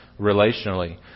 relationally